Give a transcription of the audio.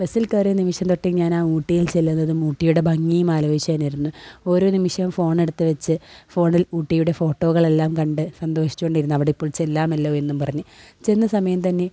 ബെസ്സിൽക്കേറിയ നിമിഷം തൊട്ടേ ഞാനാ ഊട്ടിയിൽ ചെല്ലുന്നതും ഊട്ടിയുടെ ഭംഗിയും ആലോചിച്ചുതന്നെയിരുന്നു ഓരോ നിമിഷവും ഫോണെടുത്ത് വെച്ച് ഫോണിൽ ഊട്ടിയുടെ ഫോട്ടോകളെല്ലാം കണ്ട് സന്തോഷിച്ചോണ്ടിരുന്നു അവിടെയിപ്പോൾ ചെല്ലാമെല്ലോയെന്നുമ്പറഞ്ഞ് ചെന്ന സമയംതന്നെ